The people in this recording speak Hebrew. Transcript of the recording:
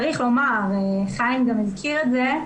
צריך לומר, חיים גם הזכיר את זה,